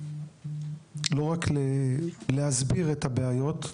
לא רק להסביר את הבעיות,